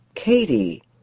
Katie